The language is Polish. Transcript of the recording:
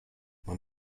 mam